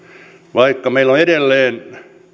vaikka meillä on edelleen